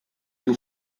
più